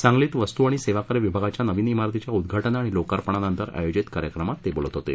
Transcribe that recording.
सांगलीत वस्तू आणि सेवा कर विभागाच्या नवीन मेारतीच्या उद्घाटन आणि लोकार्पणानंतर आयोजित कार्यक्रमात ते बोलत होते